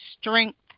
strength